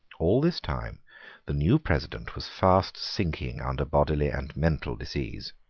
all this time the new president was fast sinking under bodily and mental disease.